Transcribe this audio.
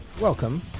Welcome